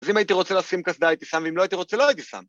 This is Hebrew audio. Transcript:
אז אם הייתי רוצה לשים קסדה הייתי שם, ואם לא הייתי רוצה לא הייתי שם.